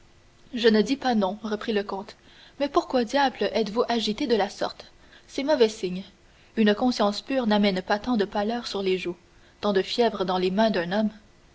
je ne dis pas non reprit le comte mais pourquoi diable êtes-vous agité de la sorte c'est mauvais signe une conscience pure n'amène pas tant de pâleur sur les joues tant de fièvre dans les mains d'un homme